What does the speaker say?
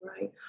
Right